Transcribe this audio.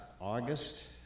August